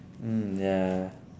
mm ya